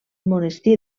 monestir